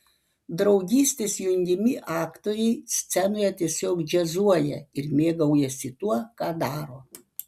draugystės jungiami aktoriai scenoje tiesiog džiazuoja ir mėgaujasi tuo ką daro